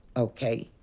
ok?